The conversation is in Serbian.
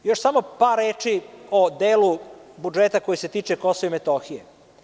Još samo par reči o delu budžeta koji se tiče Kosova i Metohije.